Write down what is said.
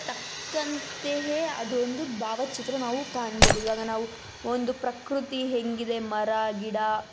ತಕ್ಕಂತೆಯೇ ಅದೊಂದು ಭಾವಚಿತ್ರ ನಾವು ಕಾಣ್ಬೋದು ಇವಾಗ ನಾವು ಒಂದು ಪ್ರಕೃತಿ ಹೇಗಿದೆ ಮರ ಗಿಡ